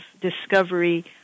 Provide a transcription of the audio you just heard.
discovery